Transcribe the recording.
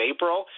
April